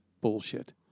bullshit